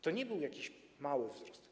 To nie był jakiś mały wzrost.